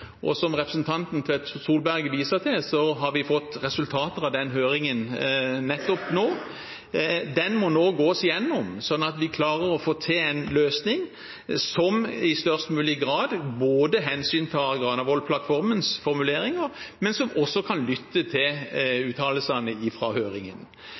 og som representanten Tvedt Solberg viser til, har vi fått resultater av den høringen nå nettopp. De må nå gås igjennom, slik at vi klarer å få til en løsning som i størst mulig grad både hensyntar Granavolden-plattformens formuleringer og lytter til uttalelsene fra høringen. Så er det også